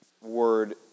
word